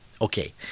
okay